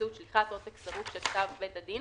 באמצעות שליחת עותק סרוק של כתב בית הדין,